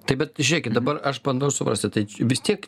tai bet žiūrėkit dabar aš bandau suprasti tai vis tiek